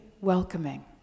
welcoming